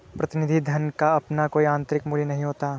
प्रतिनिधि धन का अपना कोई आतंरिक मूल्य नहीं होता है